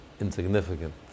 insignificant